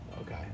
Okay